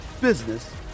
business